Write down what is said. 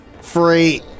free